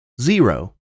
Zero